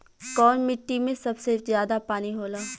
कौन मिट्टी मे सबसे ज्यादा पानी होला?